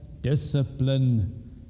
discipline